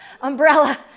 umbrella